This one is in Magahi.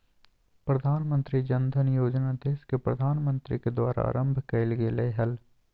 प्रधानमंत्री जन धन योजना देश के प्रधानमंत्री के द्वारा आरंभ कइल गेलय हल